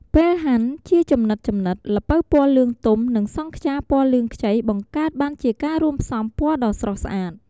ពេលហាន់ជាចំណិតៗ ល្ពៅពណ៌លឿងទុំ និងសង់ខ្យាពណ៌លឿងខ្ចី បង្កើតបានជាការរួមផ្សំពណ៌ដ៏ស្រស់ស្អាត។